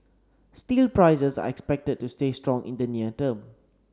steel prices are expected to stay strong in the near term